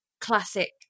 classic